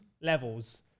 levels